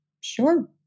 Sure